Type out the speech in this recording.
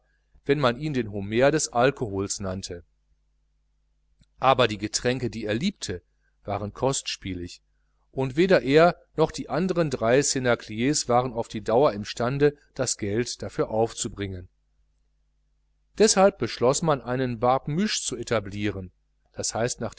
wenn man ihn den homer des alkohols nannte aber die getränke die er liebte waren kostspielig und weder er noch die anderen drei cnacliers waren auf die dauer im stande das geld dafür aufzubringen deshalb beschloß man einen barbemuche zu etablieren